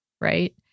Right